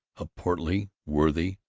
a portly, worthy,